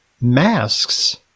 masks